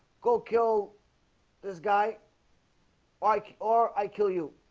go kill this guy like or i kill you